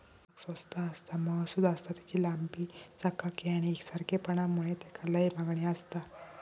ताग स्वस्त आसता, मऊसुद आसता, तेची लांबी, चकाकी आणि एकसारखेपणा मुळे तेका लय मागणी आसता